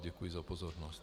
Děkuji za pozornost.